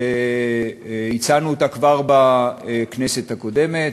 שהצענו כבר בכנסת הקודמת,